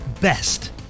best